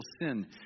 sin